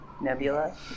Nebula